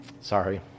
Sorry